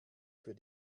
für